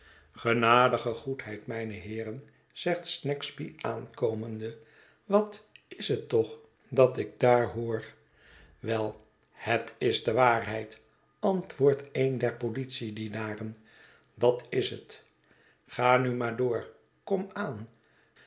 genadige goedheid mijne heeren zegt snagsby aankomende wat is het toch dat ik daar hoor wel het is de waarheid antwoordt een der politiedienaren dat is het ga nu maar door kom aan